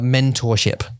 Mentorship